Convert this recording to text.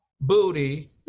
booty